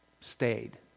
stayed